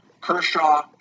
Kershaw